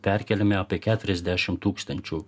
perkeliami apie keturiasdešim tūkstančių